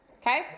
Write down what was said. okay